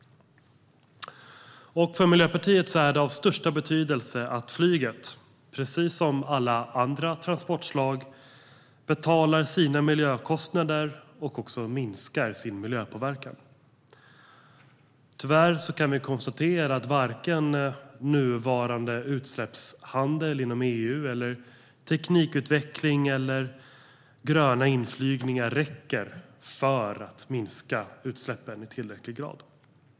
För Miljöpartiet är det av största betydelse att flyget, precis som alla andra transportslag, betalar sina miljökostnader och också minskar sin miljöpåverkan. Tyvärr kan vi konstatera att varken nuvarande utsläppshandel inom EU, teknikutveckling eller gröna inflygningar räcker för att minska utsläppen i tillräcklig grad.